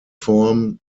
form